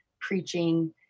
preaching